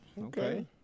Okay